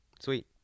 Sweet